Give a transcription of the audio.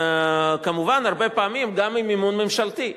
מובן שהרבה פעמים גם במימון ממשלתי,